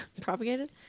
Propagated